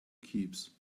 keeps